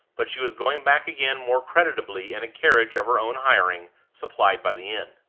but she was going back again more creditably in a carriage of her own hiring, supplied by the inn.